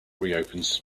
reopens